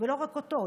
ולא רק אותו,